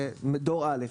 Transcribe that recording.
זה דור א',